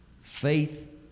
Faith